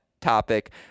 topic